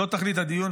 זה תכלית הדיון,